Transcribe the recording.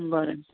बरें